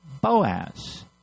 Boaz